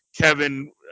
Kevin